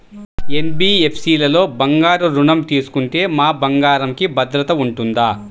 NBFC లలో బంగారు ఋణం తీసుకుంటే మా బంగారంకి భద్రత ఉంటుందా?